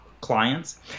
clients